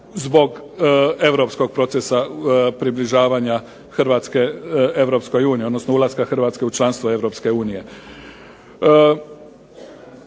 zbog europskog procesa približavanja Hrvatske EU, odnosno ulaska Hrvatske u članstvo EU.